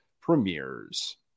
premieres